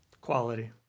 Quality